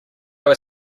were